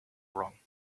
wrong